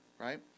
right